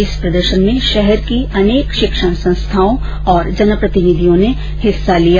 इस प्रदर्शन में शहर की शिक्षण संस्थाओं और जनप्रतिनिधियों ने हिस्सा लिया